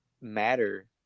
matter